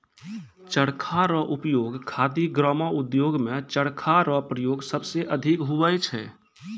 चरखा रो उपयोग खादी ग्रामो उद्योग मे चरखा रो प्रयोग सबसे अधिक हुवै छै